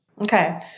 Okay